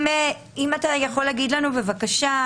אם אתה יכול להגיד לנו בבקשה.